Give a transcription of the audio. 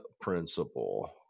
principle